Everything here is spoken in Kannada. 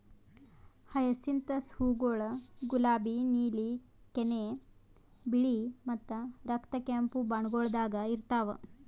ಹಯಸಿಂಥಸ್ ಹೂವುಗೊಳ್ ಗುಲಾಬಿ, ನೀಲಿ, ಕೆನೆ, ಬಿಳಿ ಮತ್ತ ರಕ್ತ ಕೆಂಪು ಬಣ್ಣಗೊಳ್ದಾಗ್ ಇರ್ತಾವ್